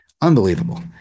Unbelievable